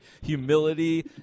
humility